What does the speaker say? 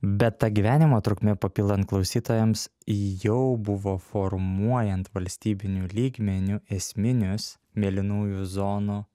bet ta gyvenimo trukmė papildant klausytojams jau buvo formuojant valstybiniu lygmeniu esminius mėlynųjų zonų